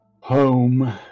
home